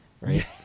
right